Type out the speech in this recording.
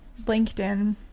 linkedin